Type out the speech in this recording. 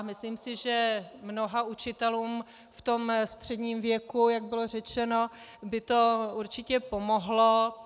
Myslím si, že mnoha učitelům v tom středním věku, jak bylo řečeno, by to určitě pomohlo.